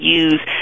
use